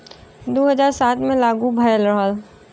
दू हज़ार सात मे लागू भएल रहल